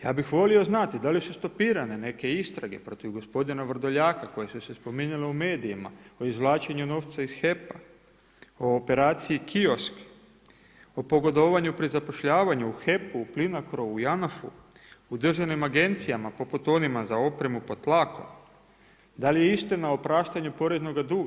Ja bih volio znati da li su stopirane neke istrage protiv gospodina Vrdoljaka koje su se spominjale u medijima o izvlačenju novca iz HEP-a, o operaciji Kiosk, o pogodovanju pri zapošljavanju u HEP-u, u Plinacro-u, Janafu, u državnim agencijama poput onima za opremu pod tlakom, da li je istina o opraštanju poreznoga duga.